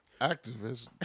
activist